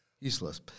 Useless